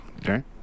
Okay